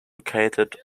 located